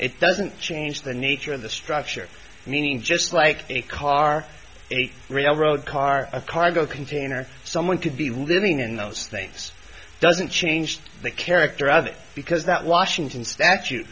it doesn't change the nature of the structure meaning just like a car a railroad car a cargo container someone could be living in those things doesn't change the character of it because that washington statute